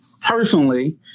personally